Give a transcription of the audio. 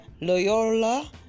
Loyola